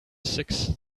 sixth